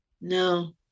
No